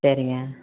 சரிங்க